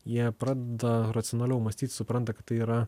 jie pradeda racionaliau mąstyt supranta kad tai yra